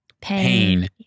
pain